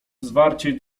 zwarciej